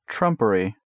Trumpery，